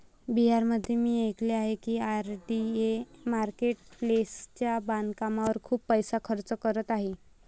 बिहारमध्ये मी ऐकले आहे की आय.डी.ए मार्केट प्लेसच्या बांधकामावर खूप पैसा खर्च करत आहे